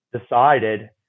decided